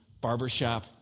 barbershop